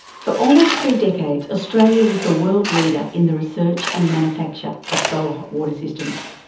for almost three decades, australia was the world leader in the research and manufacture of solar hot-water systems.